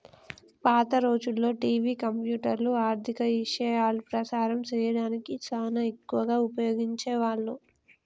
పాత రోజుల్లో టివి, కంప్యూటర్లు, ఆర్ధిక ఇశయాలు ప్రసారం సేయడానికి సానా ఎక్కువగా ఉపయోగించే వాళ్ళు